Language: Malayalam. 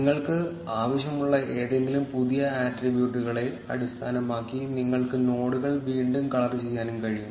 നിങ്ങൾക്ക് ആവശ്യമുള്ള ഏതെങ്കിലും പുതിയ ആട്രിബ്യൂട്ടുകളെ അടിസ്ഥാനമാക്കി നിങ്ങൾക്ക് നോഡുകൾ വീണ്ടും കളർ ചെയ്യാനും കഴിയും